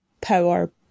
power